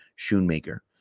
Shoemaker